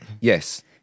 Yes